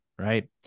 right